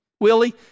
Willie